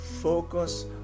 Focus